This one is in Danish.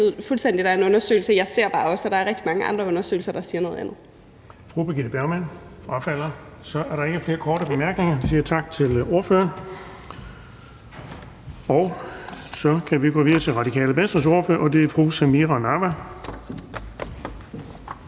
der er en undersøgelse, men jeg ser bare også, at der er rigtig mange andre undersøgelser, der siger noget andet. Kl. 14:16 Den fg. formand (Erling Bonnesen): Fru Birgitte Bergman. Nej, hun frafalder. Så er der ikke flere korte bemærkninger, og jeg siger tak til ordføreren. Så kan vi gå videre til Radikale Venstres ordfører, og det er fru Samira Nawa